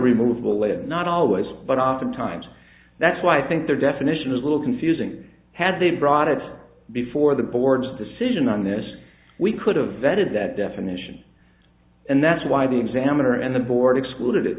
late not always but oftentimes that's why i think their definition is a little confusing had they brought it before the board's decision on this we could have vetted that definition and that's why the examiner and the board excluded it